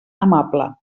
amable